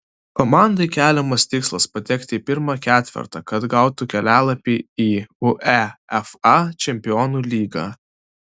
komandai keliamas tikslas patekti į pirmą ketvertą kad gautų kelialapį į uefa čempionų lygą